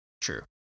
True